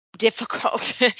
Difficult